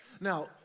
now